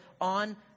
on